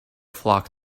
flock